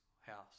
house